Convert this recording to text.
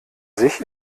sich